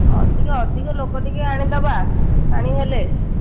ଅଧିକ ଅଧିକ ଲୋକ ଟିକେ ଆଣି ଦେବା ପାଣି ହେଲେ